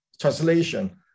translation